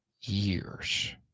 years